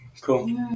cool